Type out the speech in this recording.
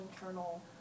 internal